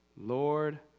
lord